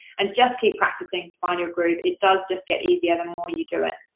and just keep practicing to find your groove. it does just get easier the more you do it.